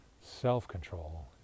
self-control